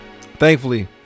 Thankfully